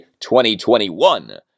2021